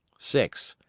six.